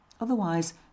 otherwise